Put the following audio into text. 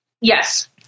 Yes